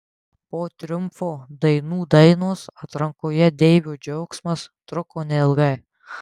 po triumfo dainų dainos atrankoje deivio džiaugsmas truko neilgai